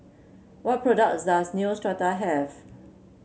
what products does Neostrata have